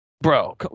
Bro